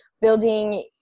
building